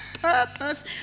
purpose